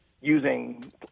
using